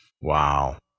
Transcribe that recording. Wow